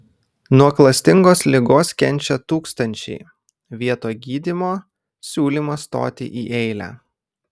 nuo klastingos ligos kenčia tūkstančiai vietoj gydymo siūlymas stoti į eilę